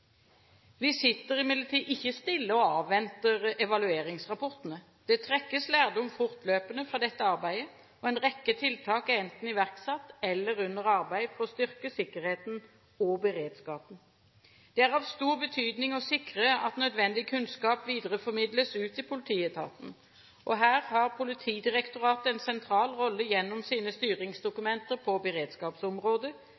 Vi sitter imidlertid ikke stille og avventer evalueringsrapportene. Det trekkes lærdom fortløpende fra dette arbeidet, og en rekke tiltak er enten iverksatt eller under arbeid for å styrke sikkerheten og beredskapen. Det er av stor betydning å sikre at nødvendig kunnskap videreformidles ut i politietaten. Her har Politidirektoratet en sentral rolle gjennom sine